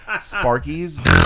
Sparky's